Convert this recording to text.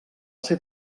ser